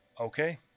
okay